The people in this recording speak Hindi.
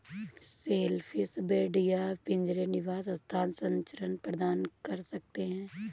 शेलफिश बेड या पिंजरे निवास स्थान संरचना प्रदान कर सकते हैं